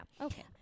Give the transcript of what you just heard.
Okay